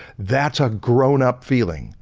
that's a grown-up feeling.